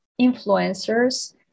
influencers